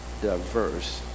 diverse